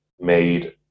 made